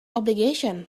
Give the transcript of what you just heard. obligation